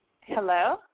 Hello